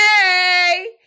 hey